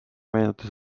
meenutas